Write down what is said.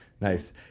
nice